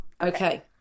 Okay